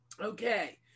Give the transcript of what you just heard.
Okay